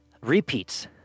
repeats